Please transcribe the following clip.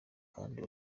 kandi